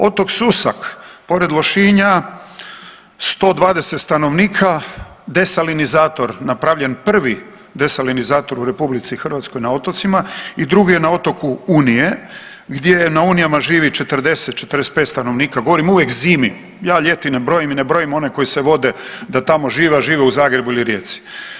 Otok Susak pored Lošinja 120 stanovnika desalinizator napravljen prvi desalinizator u RH na otocima i drugi je na otoku Unije gdje na Unijama živi 40, 45 stanovnika govorim uvijek zimi, ja ljeti ne brojim i ne brojim one koji se vode da tamo žive, a žive u Zagrebu ili Rijeci.